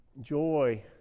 joy